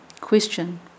Question